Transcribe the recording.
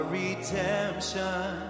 redemption